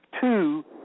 two